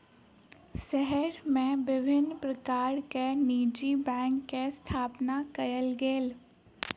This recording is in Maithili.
शहर मे विभिन्न प्रकारक निजी बैंक के स्थापना कयल गेल